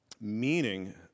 meaning